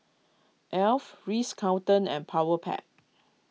Alf Ritz Carlton and Powerpac